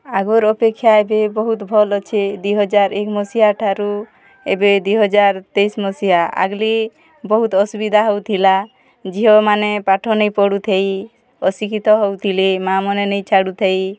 ଆଗର୍ ଅପେକ୍ଷା ଏବେ ବହୁତ୍ ଭଲ୍ ଅଛେ ଦି ହଜାର୍ ଏକ୍ ମସିହାଠାରୁ ଏବେ ଦି ହଜାର୍ ତେଇଶ୍ ମସିହା ଆଗ୍ଲି ବହୁତ୍ ଅସୁବିଧା ହୋଉଥିଲା ଝିଅମାନେ ପାଠ ନେଇଁ ପଢ଼ୁଥେଇ ଅଶିକ୍ଷିତ ହୋଉଥିଲେ ମା'ମାନେ ନେଇଁ ଛାଡ଼ୁଥେଇ